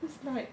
it's like